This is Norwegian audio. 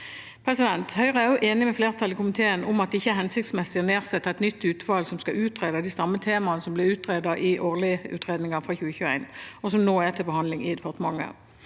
Høyre er også enig med flertallet i komiteen om at det ikke er hensiktsmessig å nedsette et nytt utvalg som skal utrede de samme temaene som ble utredet i Aarliutredningen fra 2021, som nå er til behandling i departementet.